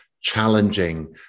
challenging